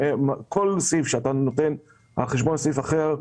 כל סעיף שאתה נותן על חשבון סעיף אחר,